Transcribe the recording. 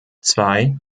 zwei